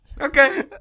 Okay